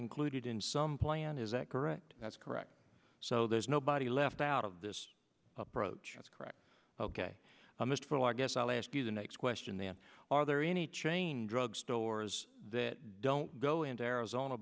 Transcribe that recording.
included in some plan is that correct that's correct so there's nobody left out of this approach correct ok i'm just full i guess i'll ask you the next question then are there any change rug stores that don't go into arizona